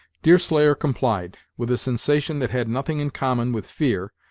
deerslayer complied, with a sensation that had nothing in common with fear,